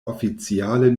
oficiale